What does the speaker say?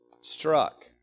struck